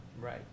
Right